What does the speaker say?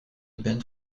band